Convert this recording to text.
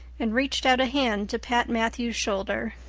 and reached out a hand to pat matthew's shoulder.